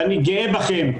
ואני גאה בכם.